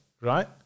Right